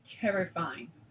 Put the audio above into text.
terrifying